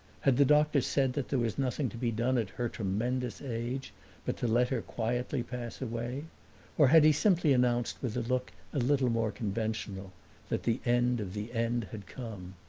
had the doctor said that there was nothing to be done at her tremendous age but to let her quietly pass away or had he simply announced with a look a little more conventional that the end of the end had come?